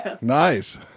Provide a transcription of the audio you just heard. Nice